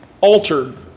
altered